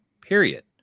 period